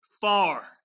far